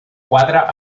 quadre